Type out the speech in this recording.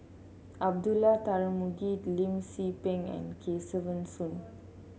Abdullah Tarmugi Lim Tze Peng and Kesavan Soon